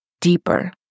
deeper